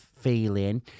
feeling